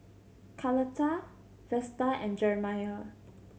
Carlotta Vesta and Jeremiah